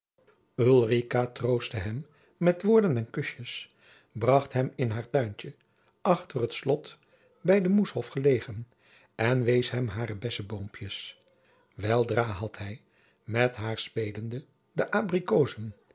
troostte hem met woorden en kusjes bracht hem in haar tuintje achter het slot bij den moeshof gelegen en wees hem hare bessen boompjes weldra had hij met haar spelende de abrikozen